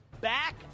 back